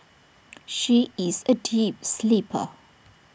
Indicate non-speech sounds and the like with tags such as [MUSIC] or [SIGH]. [NOISE] she is A deep sleeper